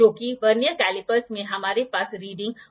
तो एक blade clamper द्वारा प्रोट्रैक्टर को ब्लेड से जकड़ा जाता है